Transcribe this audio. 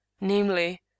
namely